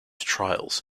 trials